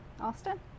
Austin